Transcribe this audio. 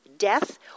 death